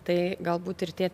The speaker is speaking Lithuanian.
tai galbūt ir tie